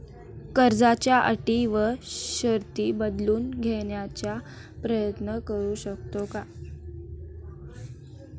कर्जाच्या अटी व शर्ती बदलून घेण्याचा प्रयत्न करू शकतो का?